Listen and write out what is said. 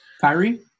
Kyrie